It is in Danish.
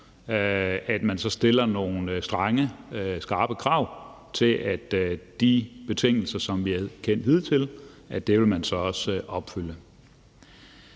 permanent, stiller nogle strenge og skrappe krav til, at de betingelser, som vi har kendt hidtil, vil man så også opfylde.